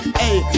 hey